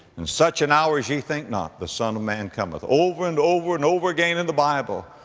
in such an hour as ye think not, the son of man cometh. over and over and over again in the bible,